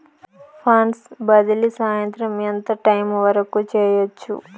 funds బదిలీ సాయంత్రం ఎంత టైము వరకు చేయొచ్చు